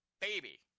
baby